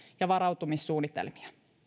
ja varautumissuunnitelmia